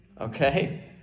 Okay